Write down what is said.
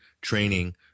training